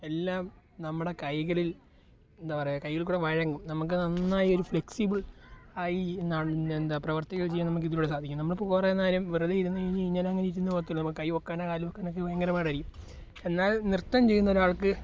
എല്ലാം നമ്മുടെ കൈകളിൽ എന്താ പറയുക കയ്യിൽ കൂടെ വഴങ്ങും നമുക്ക് നന്നായി ഒരു ഫ്ലെക്സിബിൾ ആയി എന്നാല് എന്താണ് പ്രവൃത്തികൾ ചെയ്യാൻ നമുക്കിതിലൂടെ സാധിക്കും നമ്മളിപ്പോള് കുറേ നേരം വെറുതെ ഇരുന്നുകഴിഞ്ഞാല് കഴിഞ്ഞാൽ അങ്ങനെ ഇരുന്നുപോകത്തേ ഉള്ളൂ നമ്മള്ക്ക് കൈ പൊക്കാനോ കാല് പൊക്കാനോ ഭയങ്കര പാടായിരിക്കും എന്നാൽ നൃത്തം ചെയ്യുന്ന ഒരാൾക്ക്